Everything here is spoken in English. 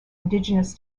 indigenous